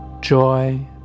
joy